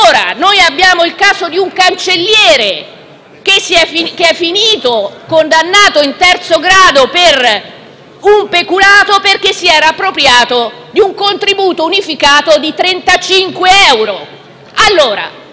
Abbiamo ancora il caso di un cancelliere che è stato condannato in terzo grado per peculato perché si era appropriato di un contributo unificato di 35 euro.